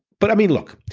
but i mean look,